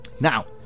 Now